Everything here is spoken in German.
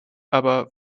aber